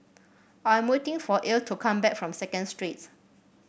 I am waiting for Irl to come back from Second Street